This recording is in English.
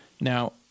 Now